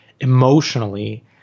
emotionally